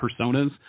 personas